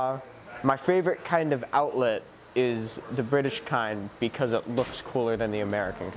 answer my favorite kind of outlet is the british time because it looks cooler than the american